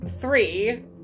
three